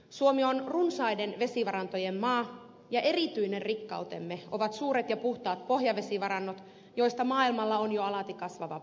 suomi on runsaiden vesivarantojen maa ja erityinen rikkautemme ovat suuret ja puhtaat pohjavesivarannot joista maailmalla on jo alati kasvava pula